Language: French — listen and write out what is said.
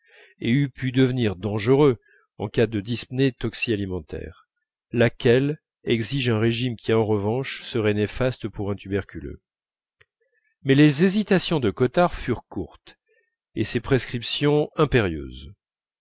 et eût pu devenir dangereux en cas de dyspnée toxi alimentaire laquelle exige un régime qui en revanche serait néfaste pour un tuberculeux mais les hésitations de cottard furent courtes et ses prescriptions impérieuses